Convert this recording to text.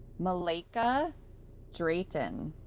malaika drayton.